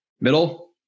Middle